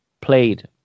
played